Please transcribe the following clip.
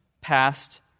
past